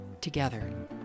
together